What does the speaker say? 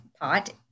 pot